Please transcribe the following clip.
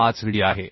25d आहे